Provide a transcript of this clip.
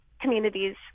communities